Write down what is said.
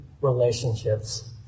relationships